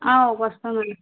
వస్తామండి